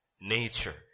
nature